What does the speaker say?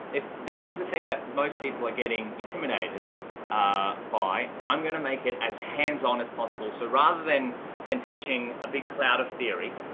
if that is the thing that most people are getting intimidated by, i'm going to make it as hands on as possible. so rather than than teaching a big cloud of theory,